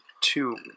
two